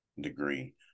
degree